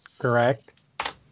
correct